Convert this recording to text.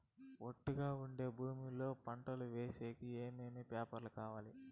ఒట్టుగా ఉండే భూమి లో పంట వేసేకి ఏమేమి పేపర్లు కావాలి?